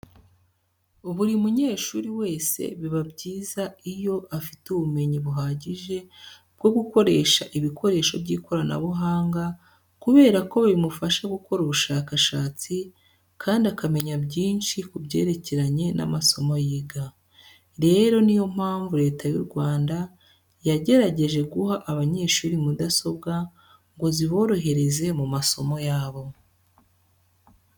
Buri munyeshuri wese biba byiza iyo afite ubumenyi buhagije bwo gukoresha ibikoresho by'ikoranabuhanga kubera ko bimufasha gukora ubushakashatsi kandi akamenya byinshi kubyerekeranye n'amasomo yiga. Rero niyo mpamvu Leta y'u Rwanda yagerageje guha abanyeshuri mudasobwa ngo ziborohereze mu masomo yabo.